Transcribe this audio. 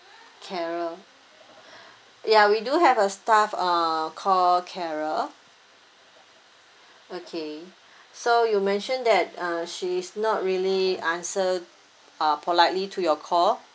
carole ya we do have a staff uh called carole okay so you mentioned that uh she's not really answer uh politely to your call